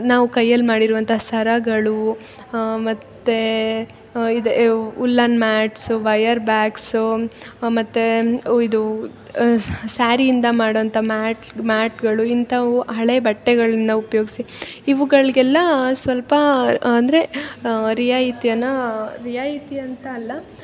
ನಾವು ಕೈಯಲ್ಲಿ ಮಾಡಿರುವಂಥ ಸರಗಳು ಮತ್ತು ಇದು ಉಲ್ಲನ್ ಮ್ಯಾಟ್ಸು ವಯರ್ ಬ್ಯಾಗ್ಸು ಮತ್ತು ಒ ಇದು ಸ್ಯಾರಿಯಿಂದ ಮಾಡೋ ಅಂಥ ಮ್ಯಾಟ್ಸ್ ಮ್ಯಾಟ್ಗಳು ಇಂತವು ಹಳೆ ಬಟ್ಟೆಗಳನ್ನ ಉಪ್ಯೋಗಿಸಿ ಇವ್ಗಳಿಗೆಲ್ಲಾ ಸ್ವಲ್ಪ ಅಂದರೆ ರಿಯಾಯಿತಿಯನ್ನಾ ರಿಯಾಯಿತಿ ಅಂತ ಅಲ್ಲ